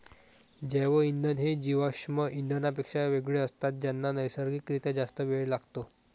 जैवइंधन हे जीवाश्म इंधनांपेक्षा वेगळे असतात ज्यांना नैसर्गिक रित्या जास्त वेळ लागतो